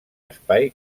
espai